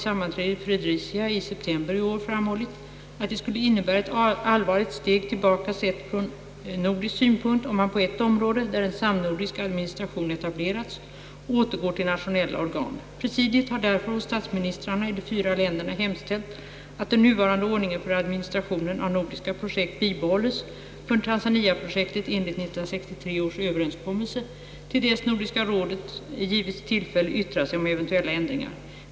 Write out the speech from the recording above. sammanträde i Fredericia i september i år framhållit, att det skulle innebära ett allvarligt steg tillbaka sett från nordisk synpunkt om man på ett område, där en samnordisk administration etablerats, återgår till nationella organ. Presidiet har därför hos statsministrarna i de fyra länderna hemställt att den nuvarande ordningen för administrationen av nordiska projekt bibehålles — för Tanzaniaprojektet enligt 1963 års överenskommelse — till dess Nordiska rådet givits tillfälle yttra sig om eventuella ändringar.